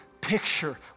picture